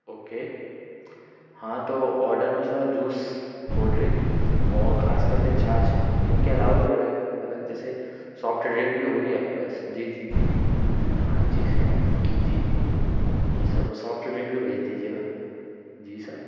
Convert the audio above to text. okay हाँ तो order में सर जूस कोल्डड्रिंक और खास करके छाछ इनके अलावा भी अलग अलग जैसे सौफ्ट ड्रिंक भी होगी आपके पास जी जी जी हाँ जी सर जी सर वो सौफ्ट ड्रिंक भी भेज दीजिएगा जी सर